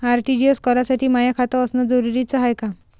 RTGS करासाठी माय खात असनं जरुरीच हाय का?